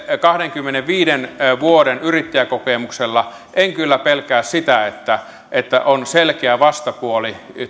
kahdenkymmenenviiden vuoden yrittäjäkokemuksella en kyllä pelkää sitä että että on selkeä vastapuoli